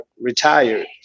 retired